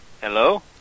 Hello